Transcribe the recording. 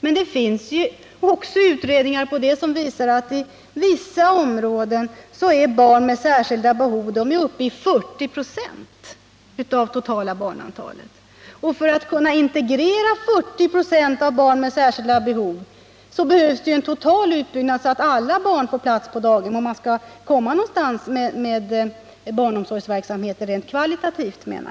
Men det finns också utredningar som visar att andelen barn med särskilda behov i vissa områden är uppe i 40 96 av det totala barnantalet. För att kunna integrera en sådan 40 procentig andel av barn med särskilda behov behövs det en total utbyggnad så att alla barn får plats på daghem. Jag menar att detta behövs för att klara daghemsverksamheten rent kvalitativt.